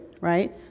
right